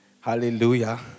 Hallelujah